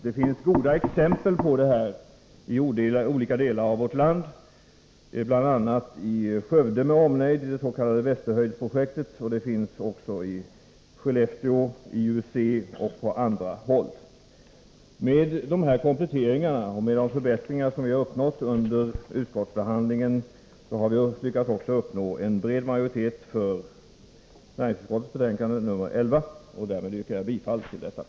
Det finns exempel på detta i olika delar av vårt land, bl.a. i Skövde med omnejd, det s.k. Västerhöjdsprojektet; vid IUC i Skellefteå och på andra håll. Med dessa kompletteringar och förbättringar har vi också lyckats uppnå en bred majoritet för hemställan i näringsutskottets betänkande 11. Härmed yrkar jag bifall till densamma.